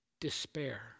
despair